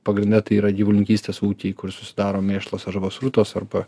pagrinde tai yra gyvulininkystės ūkiai kur susidaro mėšlas arba srutos arba